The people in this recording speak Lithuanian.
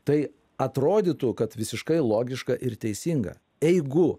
tai atrodytų kad visiškai logiška ir teisinga eigu